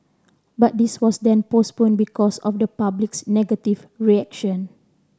but this was then postponed because of the public's negative reaction